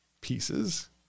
pieces